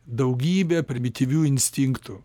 daugybę primityvių instinktų